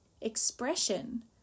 expression